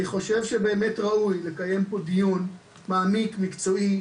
אני חושב שבאמת ראוי לקיים פה דיון מעמיק ומקצועי,